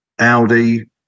Audi